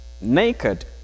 Naked